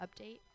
update